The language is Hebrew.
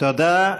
תודה.